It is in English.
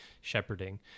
shepherding